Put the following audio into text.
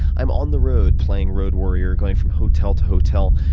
i'm on the road playing road warrior, going from hotel to hotel,